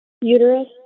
Uterus